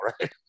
right